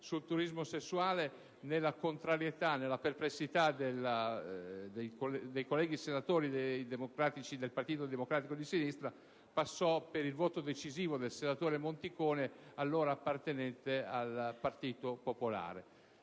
sul turismo sessuale, nella contrarietà e perplessità dei colleghi senatori del Partito Democratico della Sinistra, passarono col voto decisivo del senatore Monticone, allora appartenente al Partito Popolare.